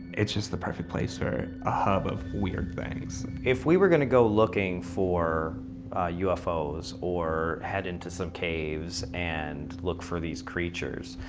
it's just the perfect place for a hub of weird things. if we were going to go looking for ufo's or head into some caves and look for these creatures,